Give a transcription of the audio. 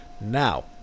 Now